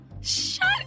Shut